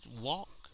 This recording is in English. walk